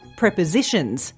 prepositions